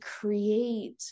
create